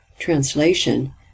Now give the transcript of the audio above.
Translation